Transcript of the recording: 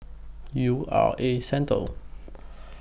U R A Centre